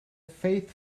faith